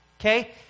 Okay